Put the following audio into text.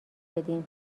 بدیم